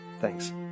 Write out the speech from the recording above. Thanks